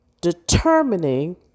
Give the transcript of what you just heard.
determining